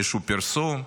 איזשהו פרסום?